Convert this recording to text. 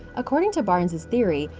according to barnes's theory,